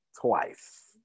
twice